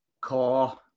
core